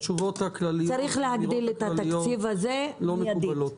התשובות הכלליות לא מקובלות.